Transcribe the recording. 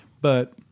but-